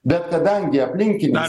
bet kadangi aplinkinės